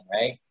right